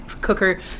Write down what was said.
cooker